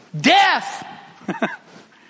death